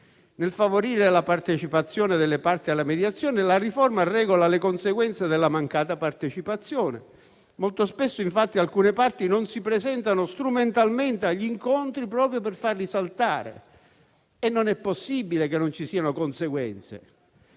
Nel favorire la partecipazione delle parti alla mediazione, la riforma regola le conseguenze della mancata partecipazione. Molto spesso infatti alcune parti non si presentano strumentalmente agli incontri proprio per farli saltare e non è possibile che non ci siano conseguenze.